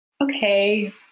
okay